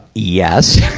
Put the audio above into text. yes!